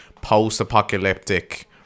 post-apocalyptic